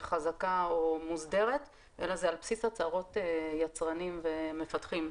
חזקה או מוסדרת אלא זה על בסיס הצהרות יצרנים ומפתחים,